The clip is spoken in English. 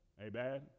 Amen